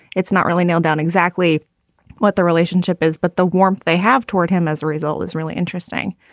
it's not really nailed down exactly what the relationship is, but the warmth they have toward him as a result is really interesting.